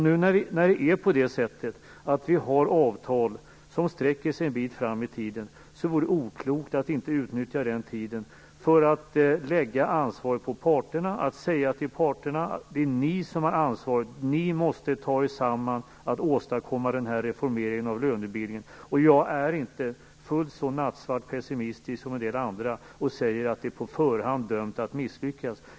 När det nu är på det sättet att vi har avtal som sträcker sig en bit fram i tiden, vore det oklokt att inte utnyttja den tiden till att lägga ansvaret på parterna, att säga till parterna: Det är ni som har ansvaret, och ni måste ta er samman för att åstadkomma denna reformering av lönebildningen. Jag är inte fullt så nattsvart pessimistisk som en del andra, som på förhand säger att det är dömt att misslyckas.